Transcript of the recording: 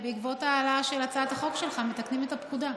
ובעקבות ההעלאה של הצעת החוק שלך מתקנים את הפקודה.